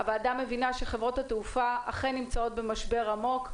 הוועדה מבינה שחברות התעופה אכן נמצאות במשבר עמוק,